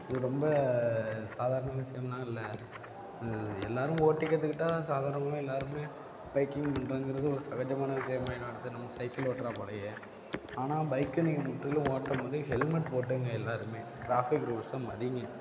ரொம்ப சாதாரண விஷயம்லாம் இல்லை எல்லோரும் ஓட்டிக் கற்றுக்கிட்டா சாதாரணமாகவே எல்லோருமே பைக்கிங் பண்றாங்கங்கிறது ஒரு சகஜமான விஷயமாயிடும் அடுத்து நம்ம சைக்கிள் ஓட்ற போலவே ஆனால் பைக்குன்னு எப்பயும் ஓட்டும் போது ஹெல்மெட் போட்டுக்கோங்க எல்லோருமே டிராஃபிக் ரூல்ஸை மதிங்க